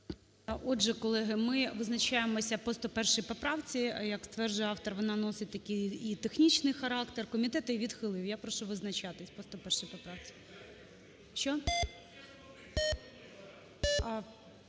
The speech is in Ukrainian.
Отже, колеги, ми визначаємося по 101 поправці. Як стверджує автор, вона носить такий і технічний характер. Комітет її відхилив, я прошу визначатися по 101 поправці.